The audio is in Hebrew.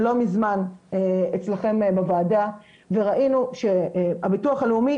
לא מזמן אצלכם בוועדה וראינו שהביטוח הלאומי,